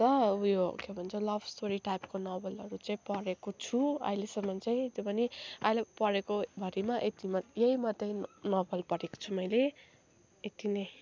उयो के भन्छ लभ स्टोरी टाइपको नोभेलहरू चाहिँ पढेको छु अहिलेसम्म चाहिँ त्यो पनि अहिलेसम्म पढेको भरिमा यही मात्रै नोभल पढेको छु मैले यति नै